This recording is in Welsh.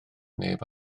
neb